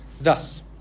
thus